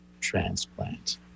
transplant